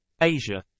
Asia